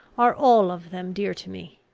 are all of them dear to me.